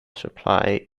supply